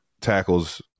tackles